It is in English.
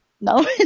No